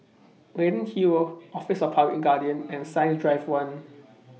Leyden Hill Office of The Public Guardian and Science Drive one